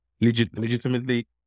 legitimately